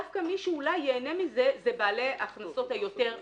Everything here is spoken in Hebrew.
דווקא מי שאולי ייהנה מזה זה בעלי ההכנסות היותר גבוהות.